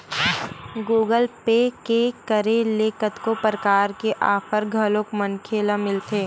Google Pay के करे ले कतको परकार के आफर घलोक मनखे ल मिलथे